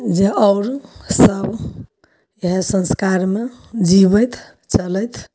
जे आओर सब इहए संस्कारमे जीबथि चलथि